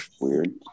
Weird